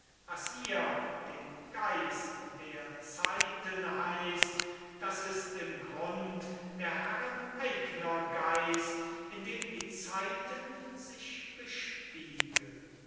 was ihr den geist der zeiten heißt das ist im grund der herren eigner geist in dem die zeiten sich bespiegeln